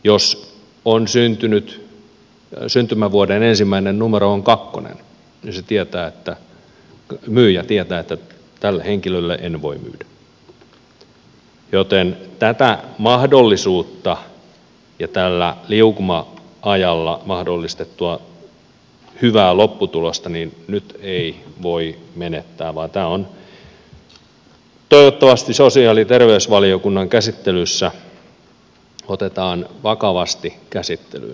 jos syntymävuoden ensimmäinen numero on kakkonen niin myyjä tietää että tälle henkilölle en voi myydä joten tätä mahdollisuutta ja tällä liukuma ajalla mahdollistettua hyvää lopputulosta nyt ei voi menettää vaan tämä toivottavasti sosiaali ja terveysvaliokunnan käsittelyssä otetaan vakavasti käsittelyyn